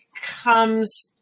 comes